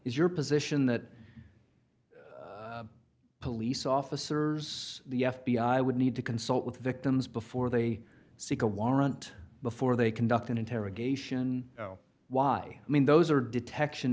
is your position that police officers the f b i would need to consult with victims before they seek a warrant before they conduct an interrogation why i mean those are detection